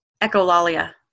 Echolalia